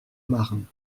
marne